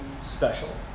special